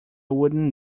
wooden